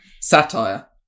Satire